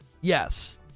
Yes